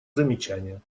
замечания